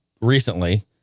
recently